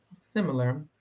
similar